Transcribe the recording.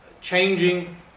changing